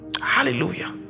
Hallelujah